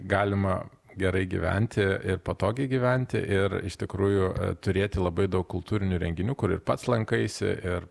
galima gerai gyventi ir patogiai gyventi ir iš tikrųjų turėti labai daug kultūrinių renginių kur ir pats lankaisi ir